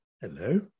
Hello